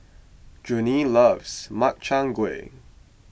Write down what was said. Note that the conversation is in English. Junie loves Makchang Gui